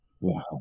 Wow